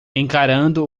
encarando